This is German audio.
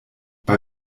bei